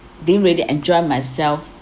didn't really enjoy myself